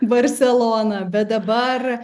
barseloną bet dabar